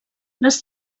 les